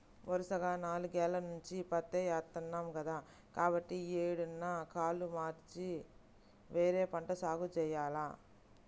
వరసగా నాలుగేల్ల నుంచి పత్తే ఏత్తన్నాం కదా, కాబట్టి యీ ఏడన్నా కాలు మార్చి వేరే పంట సాగు జెయ్యాల